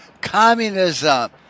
communism